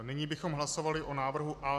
Nyní bychom hlasovali o návrhu A.F.